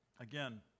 Again